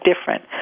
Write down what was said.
different